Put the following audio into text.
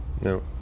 No